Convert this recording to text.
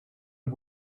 not